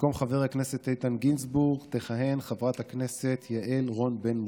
במקום חבר הכנסת איתן גינזבורג תכהן חברת הכנסת יעל רון בן משה.